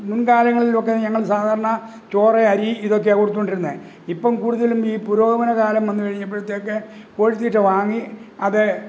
മുന്കാലങ്ങളിലൊക്കെ ഞങ്ങള് സാധാരണ ചോറ് അരി ഇതൊക്കെയാണ് കൊടുത്തുകൊണ്ടിരുന്നത് ഇപ്പം കൂടുതലും ഈ പുരോഗമന കാലം വന്ന് കഴിഞ്ഞപ്പോഴത്തേക്ക് കോഴിത്തീറ്റ വാങ്ങി അത്